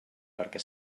perquè